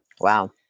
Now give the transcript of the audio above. Wow